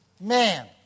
man